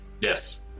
Yes